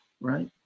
Right